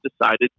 decided